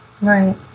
Right